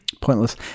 Pointless